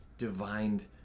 divined